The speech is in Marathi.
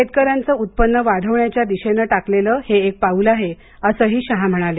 शेतकऱ्यांचं उत्पन्न वाढवण्याच्या दिशेनं टाकलेलं हे एक पाऊल आहे असंही शहा म्हणाले